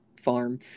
farm